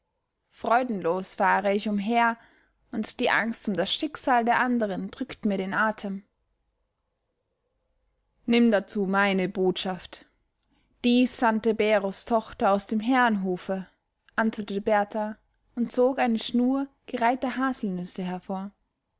freudenlos fahre ich umher und die angst um das schicksal der anderen drückt mir den atem nimm dazu meine botschaft dies sandte beros tochter aus dem herrenhofe antwortete berthar und zog eine schnur gereihter haselnüsse hervor